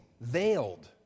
veiled